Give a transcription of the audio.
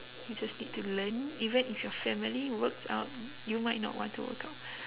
you just need to learn even if your family works out you might not want to workout